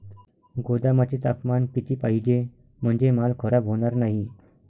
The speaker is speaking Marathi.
गोदामाचे तापमान किती पाहिजे? म्हणजे माल खराब होणार नाही?